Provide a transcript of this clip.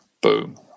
Boom